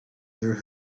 their